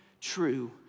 True